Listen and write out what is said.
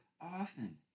often